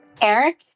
Eric